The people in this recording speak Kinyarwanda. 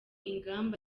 ingamba